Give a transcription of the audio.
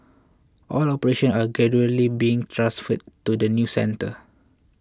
all operations are gradually being transferred to the new centre